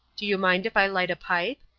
do you mind if i light a pipe?